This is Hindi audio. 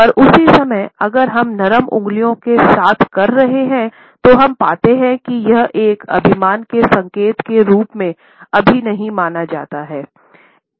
पर उस ही समय अगर हम नरम उंगलियों के साथ कर रहे हैं तो हम पाते हैं कि यह एक अभिमान के संकेत के रूप में कभी नहीं माना जाता है